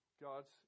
God's